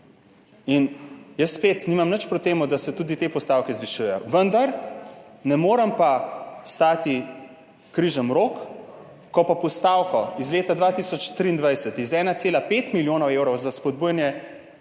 Jaz spet nimam nič proti temu, da se tudi te postavke zvišujejo, vendar pa ne morem stati križem rok, ko pa postavko iz leta 2023 iz 1,5 milijona evrov za spodbujanje